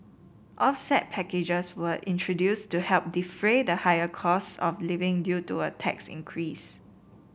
offset packages were introduced to help defray the higher costs of living due to a tax increase